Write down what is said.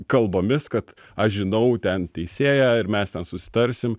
kalbomis kad aš žinau ten teisėją ir mes ten susitarsim